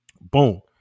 Boom